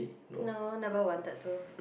no never wanted to